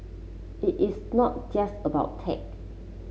it is not just about tech